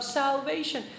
salvation